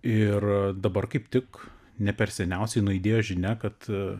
ir dabar kaip tik ne per seniausiai nuaidėjo žinia kad